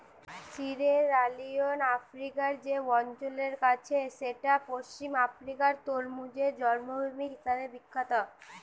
Sierra Leone আফ্রিকার যে অঞ্চলে আছে সেইটা পশ্চিম আফ্রিকার তরমুজের জন্মভূমি হিসাবে বিখ্যাত